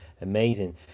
amazing